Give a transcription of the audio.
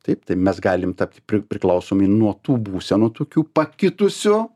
taip tai mes galim tapti pri priklausomi nuo tų būsenų tokių pakitusių